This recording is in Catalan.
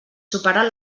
superar